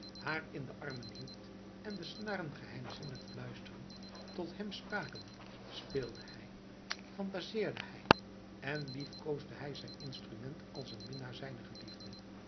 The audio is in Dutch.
haar in de armen hield en de snaren geheimzinnig fluisterend tot hem spraken speelde hij phantaseerde hij en liefkoosde hij zijn instrument als een minnaar zijne geliefde